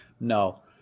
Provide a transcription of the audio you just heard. No